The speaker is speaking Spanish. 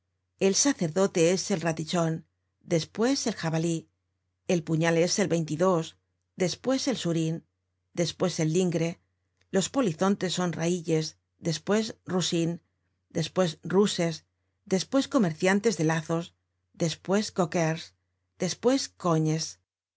el sacerdote es el ratichon despues el jofaijt el puñal es el veintidos despues el surin despues el lingre los polizontes son railles despues roussins despues rousses despues comerciantes de lazos despues coqueurs despues cognes